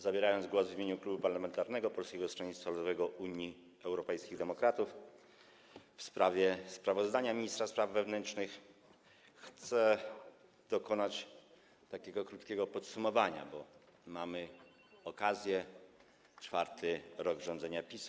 Zabierając głos w imieniu Klubu Poselskiego Polskiego Stronnictwa Ludowego - Unii Europejskich Demokratów w sprawie sprawozdania ministra spraw wewnętrznych, chcę dokonać takiego krótkiego podsumowania, bo mamy okazję, mamy 4 rok rządzenia PiS-u.